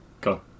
go